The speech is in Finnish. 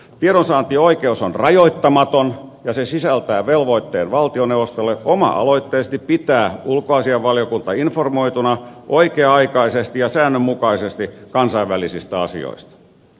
tiedonsaantioikeus on rajoittamaton ja se sisältää velvoitteen valtioneuvostolle oma aloitteisesti pitää ulkoasiainvaliokunta informoituna oikea aikaisesti ja säännönmukaisesti kansainvälisistä asioista